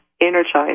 energized